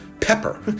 pepper